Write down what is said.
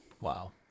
Wow